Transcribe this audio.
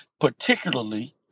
Particularly